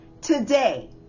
Today